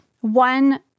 one